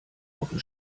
offen